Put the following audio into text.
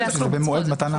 להוסיף במועד מתן ההחלטה.